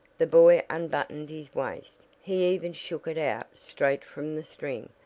the boy unbuttoned his waist, he even shook it out straight from the string,